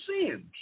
sins